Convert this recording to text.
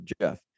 Jeff